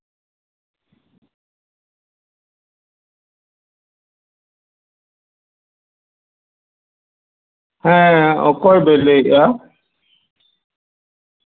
ᱦᱮᱸ ᱚᱠᱚᱭ ᱵᱮᱱ ᱞᱟᱹᱭᱮᱫᱼᱟ